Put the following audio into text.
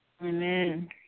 Amen